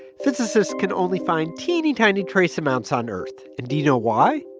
physicists can only find teeny-tiny trace amounts on earth. and do you know why?